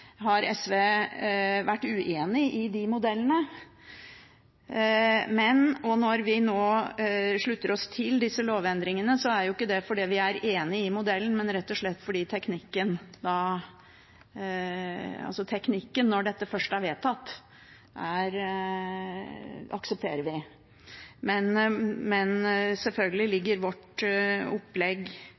har SV vært uenig i modellene. Når vi nå slutter oss til disse lovendringene, er det ikke fordi vi er enig i modellene, men rett og slett fordi vi aksepterer teknikken, når dette først er vedtatt. Men selvfølgelig ligger vårt opplegg